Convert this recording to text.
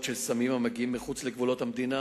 של סמים המגיעים מחוץ לגבולות המדינה,